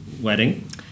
wedding